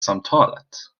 samtalet